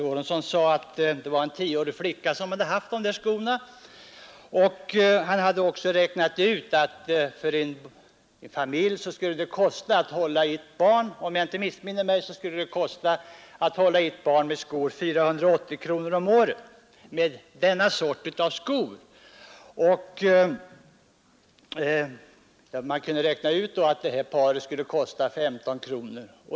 Han sade att det var en tioårig flicka som haft skorna, som gått sönder efter tio dagar, och han hade räknat ut att det — om jag inte missminner mig — skulle för en familj kosta 480 kronor om året att hålla ett barn med skor av denna sort. Man kunde då räkna ut att detta par kostade 15 kronor.